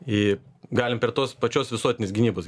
į galim per tos pačios visuotinės gynybos